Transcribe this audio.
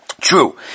true